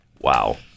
Wow